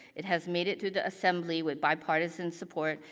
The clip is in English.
it has made it to the assembly with bipartisan support,